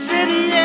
City